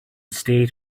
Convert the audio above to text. state